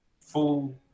full